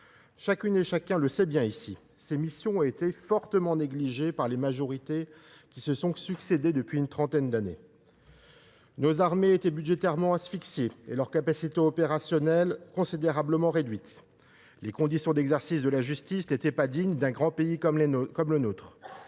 permettant à l’État d’assurer ses fonctions ont été fortement négligées par les majorités qui se sont succédé depuis une trentaine d’années. Nos armées ont été budgétairement asphyxiées, et leurs capacités opérationnelles considérablement réduites. Les conditions d’exercice de la justice n’étaient pas dignes d’un grand pays comme le nôtre.